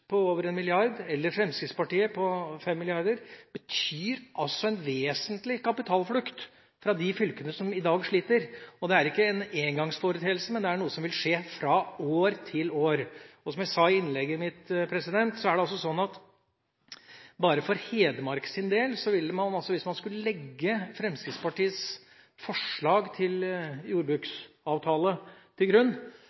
på over 1 mrd. kr – eller Fremskrittspartiets på 5 mrd. kr – betyr altså en vesentlig kapitalflukt fra de fylkene som i dag sliter, og dette er ikke en engangsforeteelse, men noe som vil skje fra år til år. Som jeg sa i innlegget mitt, er det sånn at hvis man skulle legge Fremskrittspartiets forslag til jordbruksavtale til grunn, vil det bare for Hedmarks del